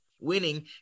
winning